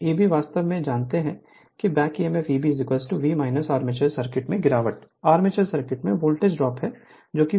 Eb वास्तव में जानता है कि back Emf Eb V armature circuit में गिरावट आर्मेचर सर्किट में वोल्टेज ड्रॉप है जो ∅ ra है